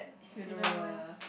funeral ya